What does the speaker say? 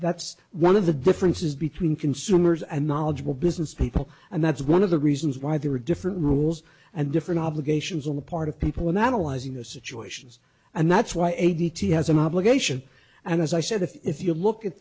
that's one of the differences between consumers and knowledgeable business people and that's one of the reasons why there are different rules and different obligations on the part of people in analyzing the situations and that's why a d t has an obligation and as i said if you look at